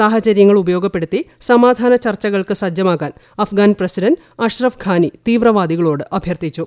സാഹചര്യങ്ങൾ ഉപയോഗപ്പെടുത്തി സമാധാന ചർച്ചകൾക്ക് സജ്ജമാകാൻ അഫ്ഗാൻപ്പിസിഡന്റ് അഷ്റഫ്ഘാനി തീവ്രവാദികളോട് അഭ്യർത്ഥിച്ചു